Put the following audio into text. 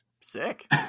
Sick